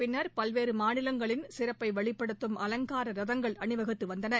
பின்னர் பல்வேறு மாநிலங்களின் சிறப்பை வெளிப்படுத்தும் அலங்கார ரதங்கள் அணிவகுத்து வந்தன